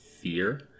fear